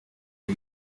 key